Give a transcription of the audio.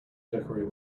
decorate